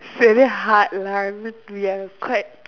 it's very hard lah at least we are quite